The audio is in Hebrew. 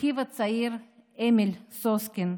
אחיו הצעיר, אמיל סוסקין,